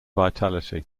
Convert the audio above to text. vitality